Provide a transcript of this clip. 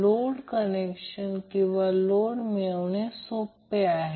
ही instantaneous polarity आहे